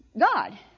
God